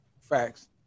Facts